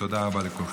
תודה רבה לכולכם.